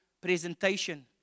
presentation